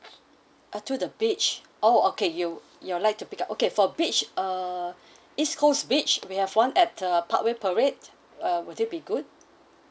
uh to the beach oh okay you you'd like to pick up okay for beach err east coast beach we have one at uh parkway parade uh will that be good